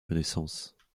connaissances